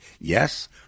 yes